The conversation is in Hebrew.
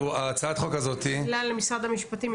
הצעת החוק הזאת --- עלה למשרד המשפטים,